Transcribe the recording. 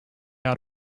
out